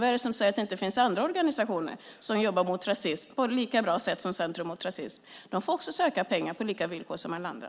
Vad är det som säger att det inte finns andra organisationer som jobbar mot rasism på ett lika bra sätt som Centrum mot rasism? De får också söka pengar på lika villkor som alla andra.